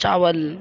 چاول